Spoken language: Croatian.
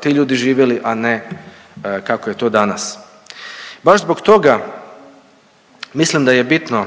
ti ljudi živjeli, a ne kako je to danas. Baš zbog toga mislim da je bitno